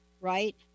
right